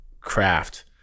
craft